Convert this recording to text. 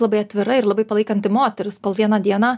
labai atvira ir labai palaikanti moteris kol vieną dieną